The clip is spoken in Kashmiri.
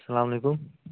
السلام علیکُم